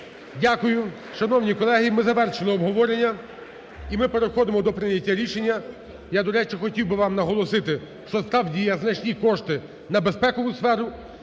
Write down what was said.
Дякую. Шановні колеги, ми завершили обговорення і ми переходимо до прийняття рішення. Я, до речі, хотів би вам наголосити, що, справді, є значні кошти на безпекову сферу.